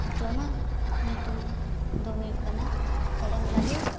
ᱡᱚᱢᱟᱜ ᱧᱩᱛᱩᱢ ᱫᱚ ᱦᱩᱭᱩᱜ ᱠᱟᱱᱟ ᱦᱮᱲᱮᱢ ᱞᱟᱹᱰᱩ